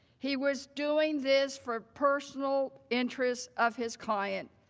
he was doing this for personal interest of his clients,